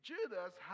Judas